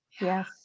yes